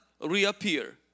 reappear